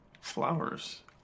Flowers